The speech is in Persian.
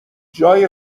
جای